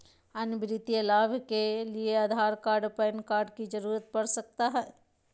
अन्य वित्तीय लाभ के लिए आधार कार्ड पैन कार्ड की जरूरत पड़ सकता है?